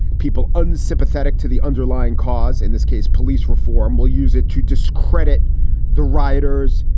people unsympathetic to the underlying cause. in this case, police reform will use it to discredit the rioters.